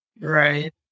Right